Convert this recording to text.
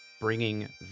bringing